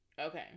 Okay